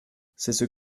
c’est